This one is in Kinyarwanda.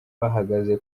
bahagaze